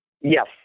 Yes